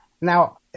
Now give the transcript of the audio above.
now